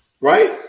right